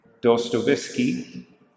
Dostoevsky